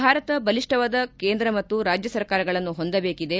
ಭಾರತ ಬಲಿಷ್ಠವಾದ ಕೇಂದ್ರ ಮತ್ತು ರಾಜ್ಜ ಸರ್ಕಾರಗಳನ್ನು ಹೊಂದಬೇಕಿದೆ